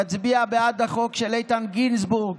תצביע בעד החוק של איתן גינזבורג,